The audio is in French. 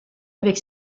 avec